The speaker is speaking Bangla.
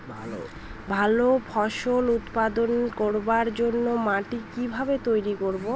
ভালো ফসল উৎপাদন করবার জন্য মাটি কি ভাবে তৈরী করব?